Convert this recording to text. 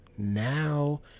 now